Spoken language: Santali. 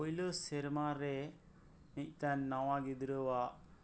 ᱯᱳᱭᱞᱳ ᱥᱮᱨᱢᱟ ᱨᱮᱱ ᱢᱤᱫᱴᱮᱱ ᱱᱟᱣᱟ ᱜᱤᱫᱽᱨᱟᱹ ᱟᱜ